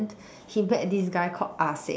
he met this guy called ah Seng